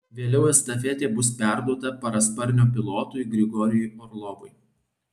vėliau estafetė bus perduota parasparnio pilotui grigorijui orlovui